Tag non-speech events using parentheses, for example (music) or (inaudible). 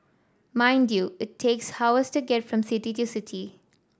mind you it takes (unintelligible) to get from city to city